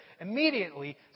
Immediately